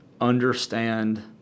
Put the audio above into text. understand